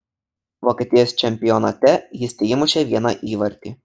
vokietijos čempionate jis teįmušė vieną įvartį